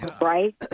right